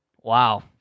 Wow